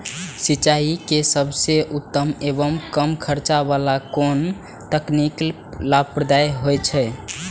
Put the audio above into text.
सिंचाई के सबसे उत्तम एवं कम खर्च वाला कोन तकनीक लाभप्रद होयत छै?